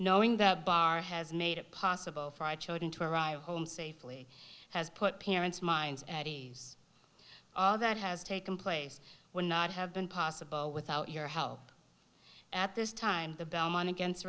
knowing that bar has made it possible for our children to arrive home safely has put parents minds at ease all that has taken place would not have been possible without your help at this time the belmont against